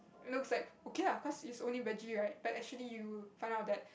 looks like okay lah cause it's only vege right but actually you will find out that